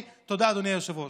תודה, אדוני היושב-ראש.